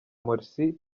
morsi